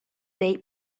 date